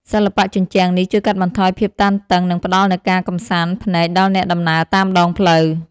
សិល្បៈជញ្ជាំងនេះជួយកាត់បន្ថយភាពតានតឹង និងផ្ដល់នូវការកម្សាន្តភ្នែកដល់អ្នកដំណើរតាមដងផ្លូវ។